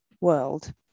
world